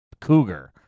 cougar